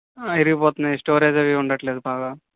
విరిగిపోతన్నాయి storage అవి ఉండడంలేదు బాగా